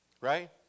right